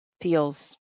feels